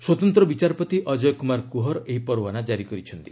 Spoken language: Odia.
ସ୍ୱତନ୍ତ୍ର ବିଚାରପତି ଅଜୟ କୁମାର କୁହର ଏହି ପରୱାନା ଜାରି କରିଛନ୍ତି